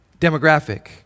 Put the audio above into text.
demographic